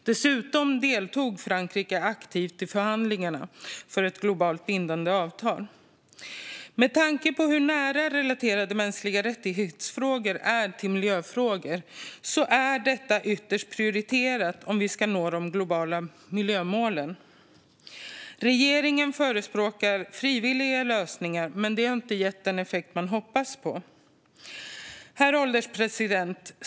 Dessutom deltog Frankrike aktivt i förhandlingarna om ett globalt bindande avtal. Med tanke på hur nära frågor om mänskliga rättigheter är relaterade till miljöfrågor är detta ytterst prioriterat om vi ska nå de globala miljömålen. Regeringen förespråkar frivilliga lösningar, men det har inte gett den effekt man hoppats på. Herr ålderspresident!